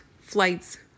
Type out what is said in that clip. flights